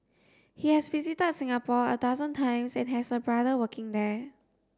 he has visited Singapore a dozen times and has a brother working there